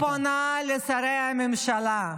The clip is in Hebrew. אני פונה לשרי הממשלה,